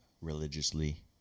religiously